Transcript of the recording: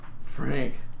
Frank